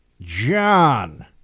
John